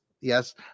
yes